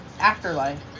afterlife